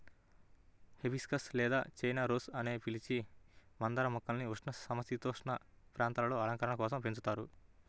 hibiscus లేదా China rose అని పిలిచే మందార మొక్కల్ని ఉష్ణ, సమసీతోష్ణ ప్రాంతాలలో అలంకరణ కోసం పెంచుతారు